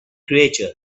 creature